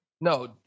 No